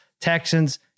Texans